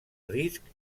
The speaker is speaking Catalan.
risc